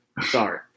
Sorry